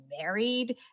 married